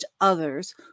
others